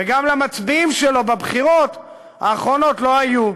וגם למצביעים שלו בבחירות האחרונות לא היו,